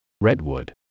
Redwood